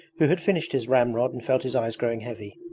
who had finished his ramrod and felt his eyes growing heavy.